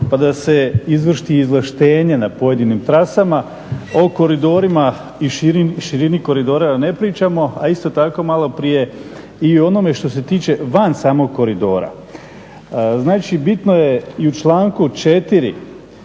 pa da se izvrši izvlaštenje na pojedinim trasama o koridorima i o širini koridora da ne pričamo a isto tako malo prije i o onome što se tiče van samog koridora. Znači bitno je i u članku 4.svrha